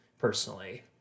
personally